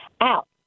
out